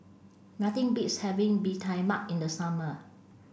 nothing beats having Bee Tai Mak in the summer